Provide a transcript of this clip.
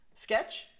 sketch